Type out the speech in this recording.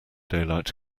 daylight